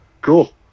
Cool